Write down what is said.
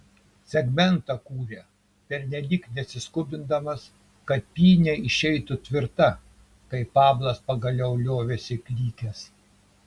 segmentą kūrė pernelyg nesiskubindamas kad pynė išeitų tvirta kai pablas pagaliau liovėsi klykęs